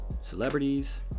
celebrities